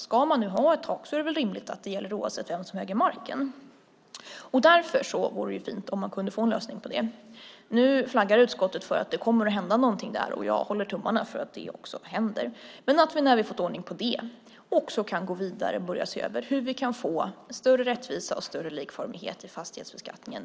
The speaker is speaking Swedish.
Ska man ha ett tak är det väl rimligt att det gäller oavsett vem som äger marken. Därför vore det fint om man kunde få en lösning på det. Utskottet flaggar för att det kommer att hända något där. Jag håller tummarna för att det också händer. När vi har fått ordning på det kan vi gå vidare och börja se över hur vi kan få större rättvisa och större likformighet i fastighetsbeskattningen.